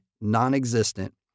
non-existent